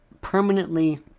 permanently